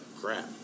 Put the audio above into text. crap